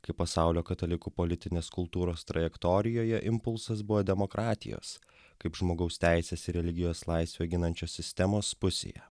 kai pasaulio katalikų politinės kultūros trajektorijoje impulsas buvo demokratijos kaip žmogaus teises ir religijos laisvę ginančios sistemos pusėje